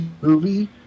movie